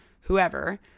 whoever